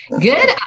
Good